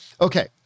Okay